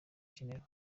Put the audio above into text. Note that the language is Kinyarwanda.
jenerali